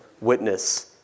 witness